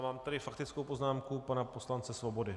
Mám tady faktickou poznámku pana poslance Svobody.